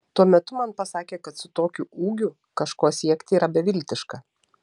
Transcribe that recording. tuo metu man pasakė kad su tokiu ūgiu kažko siekti yra beviltiška